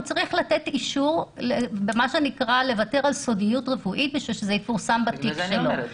הוא צריך לוותר על סודיות רפואית כדי שזה יפורסם בתקשורת.